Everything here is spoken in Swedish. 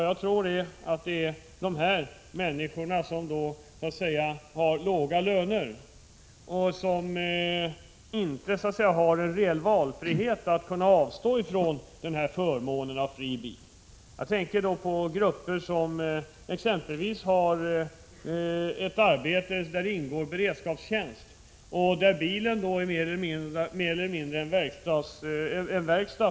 Jag tror att det kan vara fråga om 43 människor som har låga löner och som inte har någon reell valfrihet att avstå från förmånen av fri bil. Jag tänker då på människor som exempelvis har arbeten där det ingår beredskapstjänst och för vilka bilen kan liknas vid en verkstad.